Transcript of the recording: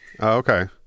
okay